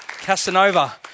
Casanova